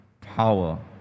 power